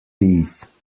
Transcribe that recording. these